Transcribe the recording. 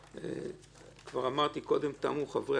כבר אמרתי קודם - תמו חברי הכנסת,